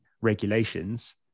regulations